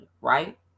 Right